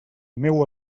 meua